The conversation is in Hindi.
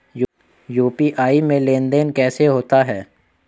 यू.पी.आई में लेनदेन कैसे होता है?